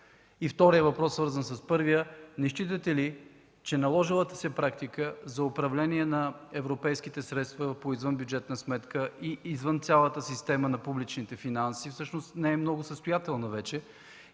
вторият въпрос, свързан с първия, е: не считате ли, че наложилата се практика за управление на европейските средства по извънбюджетна сметка и извън цялата система на публичните финанси всъщност не е много състоятелна вече